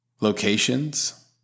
locations